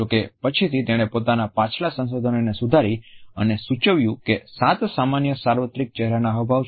જોકે પછીથી તેણે પોતાના પાછલા સંશોધનને સુધારી અને સૂચવ્યું કે સાત સામાન્ય સાર્વત્રિક ચહેરાના હાવભાવ છે